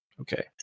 okay